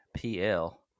PL